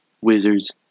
Wizards